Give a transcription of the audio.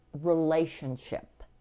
relationship